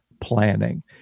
planning